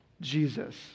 Jesus